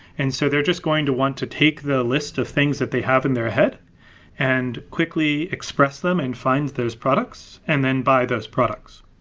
and so they're just going to want to take the list of things that they have in their head and quickly express them and find those products and then buy those products.